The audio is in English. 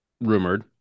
rumored